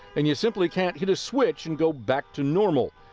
and you simply can't hit a switch and go back to normal.